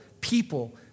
people